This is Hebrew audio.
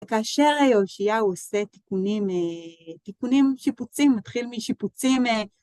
כאשר יאשיהו עושה תיקונים, תיקונים, שיפוצים, מתחיל משיפוצים